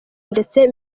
ndetse